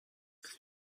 there